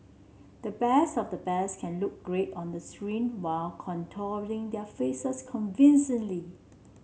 the best of the best can look great on the screen while contorting their faces convincingly